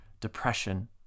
depression